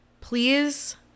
please